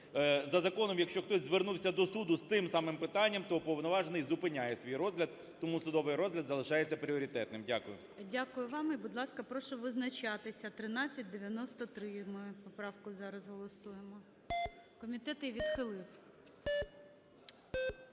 За законом, якщо хтось звернувся до суду з тим самим питанням, то уповноважений зупиняє свій розгляд, тому судовий розгляд залишається пріоритетним. Дякую. ГОЛОВУЮЧИЙ. Дякую вам. І, будь ласка, прошу визначатися, 1393 ми поправку зараз голосуємо. Комітет її відхилив.